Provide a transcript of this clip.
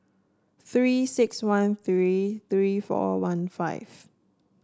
Three six one three three four one five